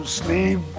sleep